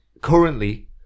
currently